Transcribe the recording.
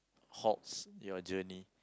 halts your journey